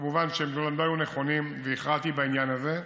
כמובן הם לא היו נכונים, והכרעתי בעניין הזה.